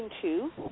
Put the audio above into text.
two